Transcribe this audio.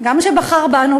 גם שבחר בנו,